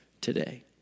today